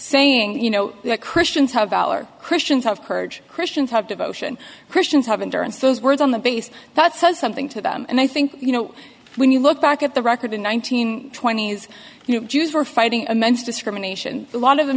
saying you know christians have our christians have courage christians have devotion christians have insurance those words on the base that says something to them and i think you know when you look back at the record in one thousand twenties you know jews were fighting a men's discrimination a lot of them